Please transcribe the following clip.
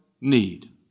need